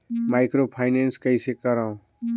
Microfinance कइसे करव?